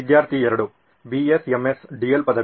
ವಿದ್ಯಾರ್ಥಿ 2 BSMS dual ಪದವಿ